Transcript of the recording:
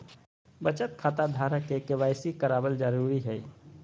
बचत खता धारक के के.वाई.सी कराबल जरुरी हइ